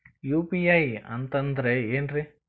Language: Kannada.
ಯು.ಪಿ.ಐ ಅಂತಂದ್ರೆ ಏನ್ರೀ?